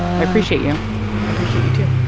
i appreciate you i appreciate you, too